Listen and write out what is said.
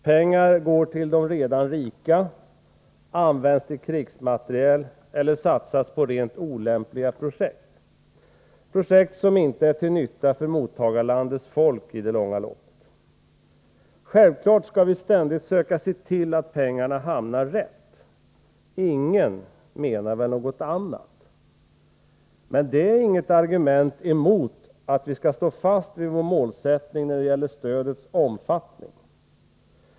Pengarna går till de redan rika, används till krigsmateriel eller satsas på rent olämpliga projekt — projekt som inte är till nytta för mottagarlandets folk i det långa loppet. Självfallet skall vi ständigt söka att se till att pengarna hamnar rätt. Ingen menar väl något annat. Men det är inget argument emot att vi skall stå fast vid vår målsättning när det gäller stödets omfattning.